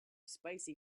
spicy